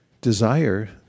desire